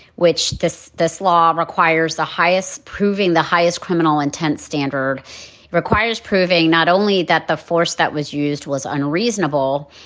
which this this law requires the highest proving the highest criminal intent standard requires proving not only that the force that was used was unreasonable,